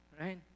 right